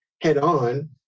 head-on